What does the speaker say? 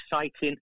Exciting